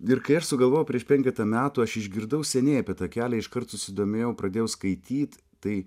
ir kai aš sugalvojau prieš penketą metų aš išgirdau seniai apie tą kelią iškart susidomėjau pradėjau skaityt tai